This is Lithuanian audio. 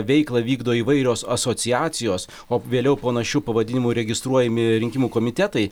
veiklą vykdo įvairios asociacijos o vėliau panašiu pavadinimu registruojami rinkimų komitetai